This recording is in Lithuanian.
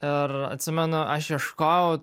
ir atsimenu aš ieškojau